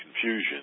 confusion